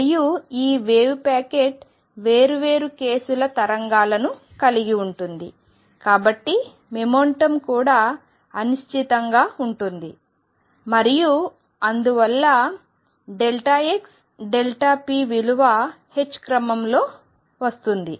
మరియు ఈ wave packet వేర్వేరు కేసుల తరంగాలను కలిగి ఉంటుంది కాబట్టి మొమెంటం కూడా అనిశ్చితంగా ఉంటుంది మరియు అందువల్ల xp విలువ h క్రమంలో వస్తుంది